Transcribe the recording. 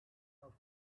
out